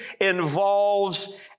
involves